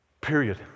period